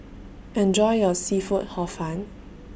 Enjoy your Seafood Hor Fun